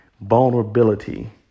vulnerability